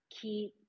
key